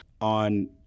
on